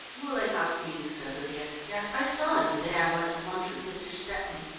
muley hafiz, said lydia. yes, i saw him the day i went to lunch with mr. stepney,